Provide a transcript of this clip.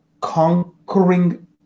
conquering